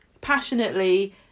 passionately